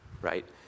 right